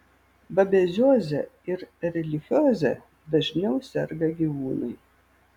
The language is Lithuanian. babezioze ir erlichioze dažniau serga gyvūnai